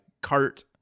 cart